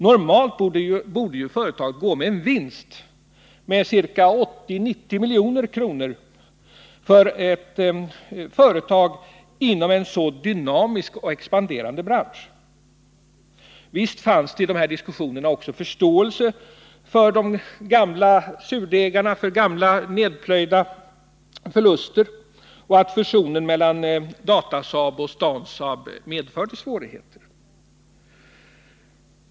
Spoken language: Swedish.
Normalt borde företaget gå med en vinst om 80-90 milj.kr., eftersom det gäller ett företag inom en så dynamisk och expanderande bransch som denna. Visst fanns det i de här diskussionerna också förståelse för de gamla surdegarna, för gamla nedplöjda förluster och för att fusionen mellan Datasaab och Stansaab medförde svårigheter.